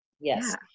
yes